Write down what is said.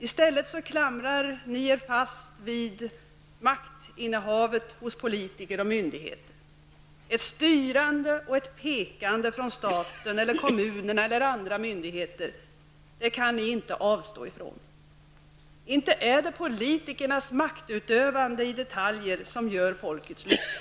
I stället klamrar ni er fast vid maktinnehavet. Det gäller då både politiker och myndigheter. Ett styrande och ett pekande från staten, från kommunerna eller från någon annan myndighet kan ni inte avstå från. Men inte är det politikernas maktutövande i detaljer som gör folkets lycka.